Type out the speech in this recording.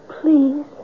please